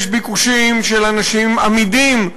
יש ביקושים של אנשים אמידים,